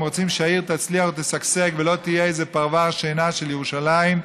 אם רוצים שהעיר תצליח ותשגשג ולא תהיה איזה פרבר שינה של ירושלים,